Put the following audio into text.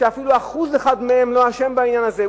שאפילו אחוז אחד מהם לא אשם בעניין הזה,